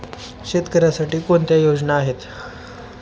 शेतकऱ्यांसाठी कोणत्या योजना आहेत?